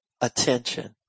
attention